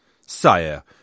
Sire